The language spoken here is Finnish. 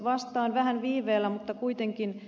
vastaan vähän viiveellä mutta kuitenkin ed